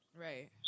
Right